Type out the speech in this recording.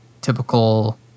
typical